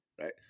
right